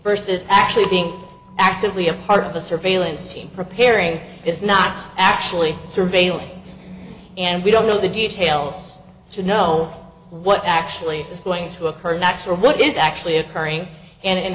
is actually being actively a part of a surveillance team preparing this not actually surveilling and we don't know the details to know what actually is going to occur next or what is actually occurring